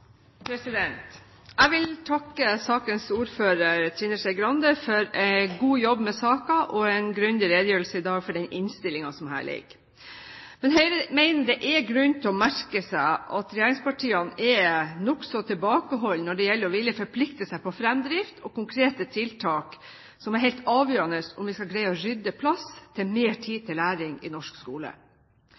grunn til å merke seg at regjeringspartiene er nokså tilbakeholdne når det gjelder å ville forplikte seg på fremdrift og konkrete tiltak, som er helt avgjørende om vi skal greie å rydde plass til mer tid til læring i norsk skole.